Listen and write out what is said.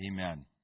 Amen